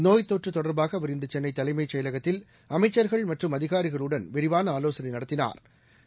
நோய்த்தொற்றுதொடர்பாகஅவர் இன்றுசென்னைதலைமைசெயலகத்தில் அமைச்சா்கள் மற்றும் அதிகாரிகளுடன் விரிவானஆலோசனைநடத்தினாா்